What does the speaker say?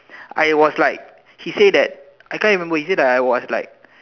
I was like he say that I can't remember he say that I was like